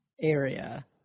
area